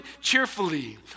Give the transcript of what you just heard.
cheerfully